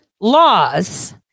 laws